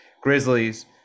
Grizzlies